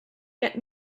get